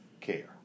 care